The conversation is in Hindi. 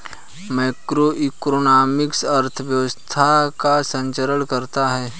मैक्रोइकॉनॉमिक्स अर्थव्यवस्था का संचालन करता है